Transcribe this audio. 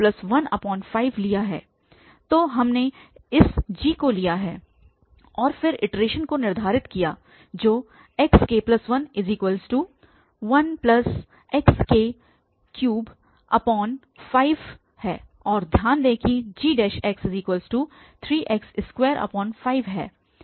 तो हमने इस g को लिया है और फिर इटरेशन को निर्धारित किया तो xk11xk35 और ध्यान दें कि gx3x25 है